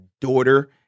daughter